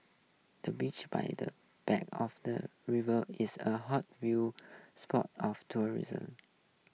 the bench by the bank of the river is a hot viewing spot of tourism